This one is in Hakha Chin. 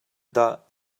dah